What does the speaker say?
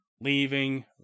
leaving